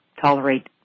tolerate